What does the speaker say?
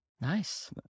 Nice